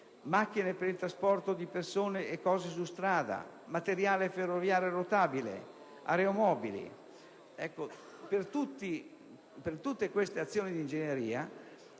macchine per il trasporto di persone e cose su strada; materiale ferroviario rotabile; aeromobili. Ecco, per tutte queste azioni l'ingegnere